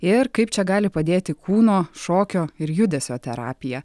ir kaip čia gali padėti kūno šokio ir judesio terapija